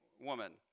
woman